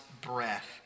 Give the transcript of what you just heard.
breath